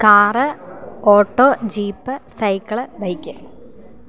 car auto jeep cycle bike